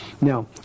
Now